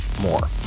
more